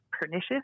pernicious